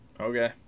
Okay